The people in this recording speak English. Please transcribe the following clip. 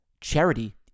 Charity